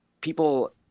people